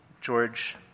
George